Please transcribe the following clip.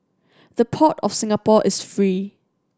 the Port of Singapore is free